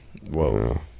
whoa